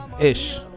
Ish